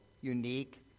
unique